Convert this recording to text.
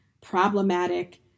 problematic